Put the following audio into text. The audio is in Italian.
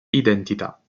identità